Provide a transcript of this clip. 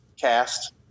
cast